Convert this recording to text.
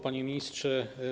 Panie Ministrze!